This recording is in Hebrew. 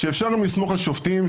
אפשר גם לסמוך על שופטים,